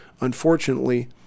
unfortunately